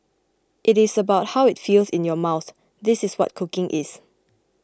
it is about how it feels in your mouth this is what cooking is